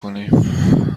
کنیم